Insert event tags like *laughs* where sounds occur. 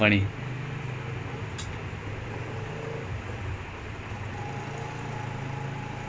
*laughs* all interviews he smiling slowly he want to show professionalism damn funny lah